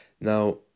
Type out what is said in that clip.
Now